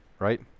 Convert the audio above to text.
Right